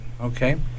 Okay